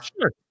Sure